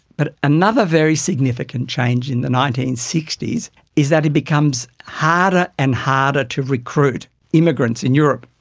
but another very significant change in the nineteen sixty s is that it becomes harder and harder to recruit immigrants in europe.